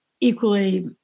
equally